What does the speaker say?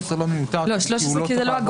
13 לא מיותר כי הוא לא --- 13 כי זה לא אגרות.